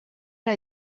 era